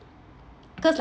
because like